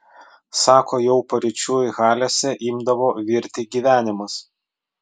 sako jau paryčiui halėse imdavo virti gyvenimas